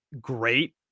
great